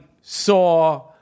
saw